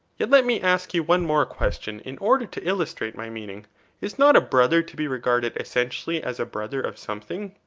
yet let me ask you one more question in order to illustrate my meaning is not a brother to be regarded essentially as a brother of something?